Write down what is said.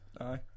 Aye